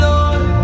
Lord